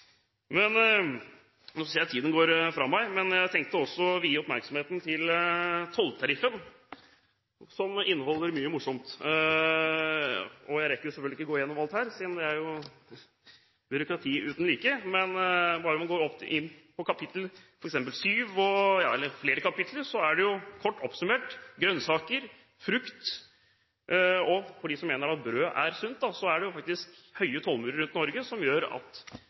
Nå ser jeg tiden går fra meg. Jeg har også tenkt å vie tolltariffen oppmerksomhet, som inneholder mye morsomt. Jeg rekker selvfølgelig ikke å gå gjennom alt her, siden det er et byråkrati uten like. Jeg kan f.eks. gå inn på kapittel syv, eller flere kapitler, som kort oppsummert gjelder grønnsaker og frukt. For dem som mener at brød er sunt, er det høye tollmurer rundt Norge, som gjør at